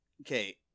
Okay